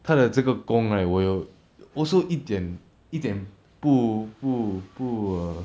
他的这个工 right 我有 also 一点一点不不不 err